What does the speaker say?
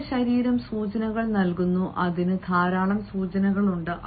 നിങ്ങളുടെ ശരീരം സൂചനകൾ നൽകുന്നു അതിന് ധാരാളം സൂചകങ്ങളുണ്ട്